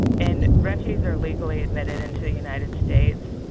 and refugees are legally admitted into the united states,